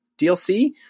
DLC